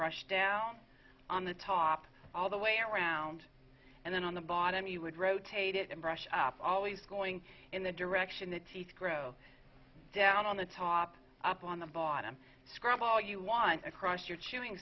brush down on the top all the way around and then on the bottom you would rotate it and brush up always going in the direction that teeth grow down on the top up on the bottom scrub all you want across your chewing